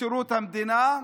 בשירות המדינה.